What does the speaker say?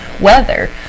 weather